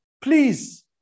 please